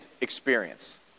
experience